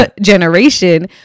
generation